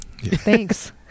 Thanks